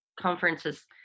conferences